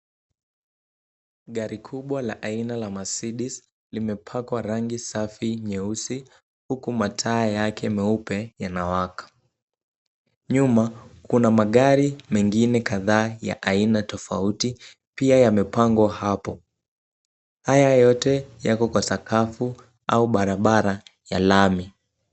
Gari kubwa la aina ya Mercedes limepakwa rangi safi nyeusi ,huku mataa yake meupe yanawaka ,nyuma kuna magari mengine kadhaa ya aina tofauti pia yamepangwa hapo ,haya yote yako kwa sakafu au barabara ya lami.